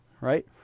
right